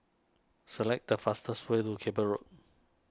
select the fastest way to Cable Road